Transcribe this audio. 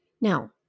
Now